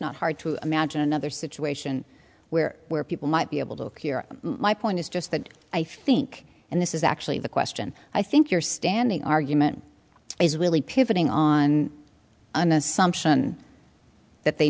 not hard to imagine another situation where where people might be able to hear my point is just that i think and this is actually the question i think you're standing argument is really pivoting on an assumption that they